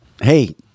hey